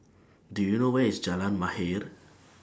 Do YOU know Where IS Jalan Mahir